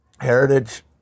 Heritage